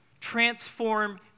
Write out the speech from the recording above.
transform